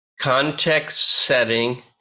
context-setting